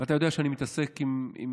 אתה יודע שאני מתעסק היום